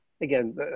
again